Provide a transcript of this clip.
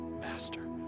master